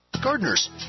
gardeners